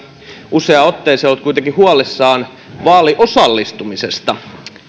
useaan otteeseen kuitenkin ollut huolissaan vaaliosallistumisesta